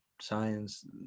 science